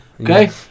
okay